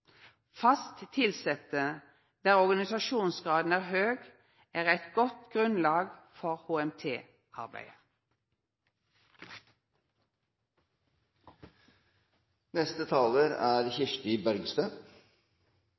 Fast tilsette – der organisasjonsgraden er høg – er eit godt grunnlag for